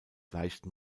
leichten